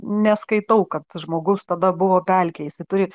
neskaitau kad žmogus tada buvo pelkėj jisai turi